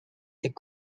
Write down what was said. est